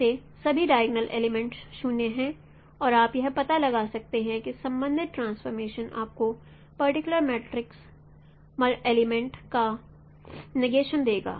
इसके सभी diagonal elements 0 हैं और आप यह पता लगा सकते हैं कि संबंधित ट्रांस्फ़ॉर्मेशन आपको पर्टिकुलर मैट्रिक्स एलीमेंट्स का नेगेशन देगा